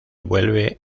vuelve